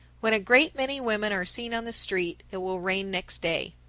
when a great many women are seen on the street, it will rain next day.